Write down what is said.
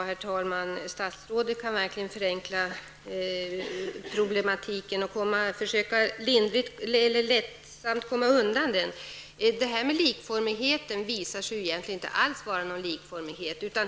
Herr talman! Statsrådet kan verkligen förenkla problematiken och försöka komma lättvindigt undan den. Likformigheten är, visar det sig, egentligen inte alls någon likformighet.